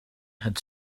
had